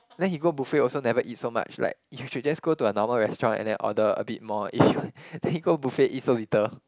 then he go buffet also never eat so much like you should just go to a normal restaurant and then order a bit more if you then he go buffet eat so little